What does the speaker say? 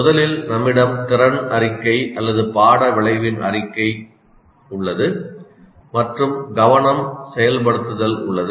முதலில் நம்மிடம் திறன் அறிக்கை அல்லது பாட விளைவின் அறிக்கை உள்ளது மற்றும் கவனம் செயல்படுத்தல் உள்ளது